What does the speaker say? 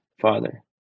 Father